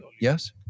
Yes